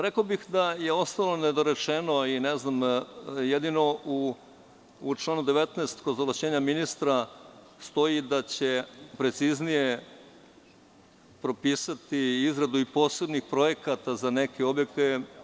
Rekao bih da je ostalo nedorečeno, jedino u članu 19. kod ovlašćenja ministra stoji da će preciznije propisati izradu i posebnih projekata za neke objekte.